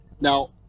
now